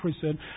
prison